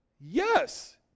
Yes